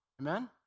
Amen